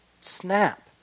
snap